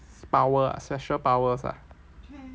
power special powers ah